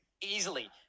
easily